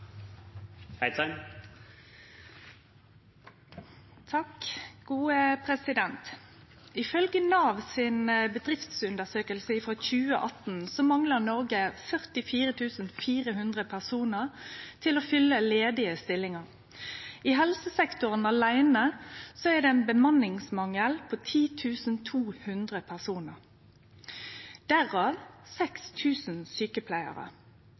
2018 manglar Noreg 44 400 personar til å fylle ledige stillingar. I helsesektoren aleine er det ein bemanningsmangel på 10 200 personar, derav